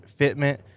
fitment